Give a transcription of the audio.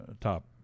top